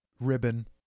ribbon